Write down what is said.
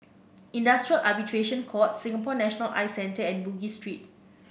Industrial Arbitration Court Singapore National Eye Centre and Bugis Street